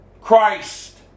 Christ